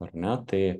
ar ne tai